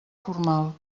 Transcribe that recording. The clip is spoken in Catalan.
formal